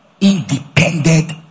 independent